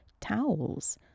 towels